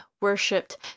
worshipped